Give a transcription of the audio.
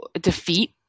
defeat